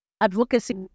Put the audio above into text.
advocacy